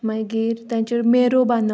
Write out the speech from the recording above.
मागीर तेचो मेरो बांदप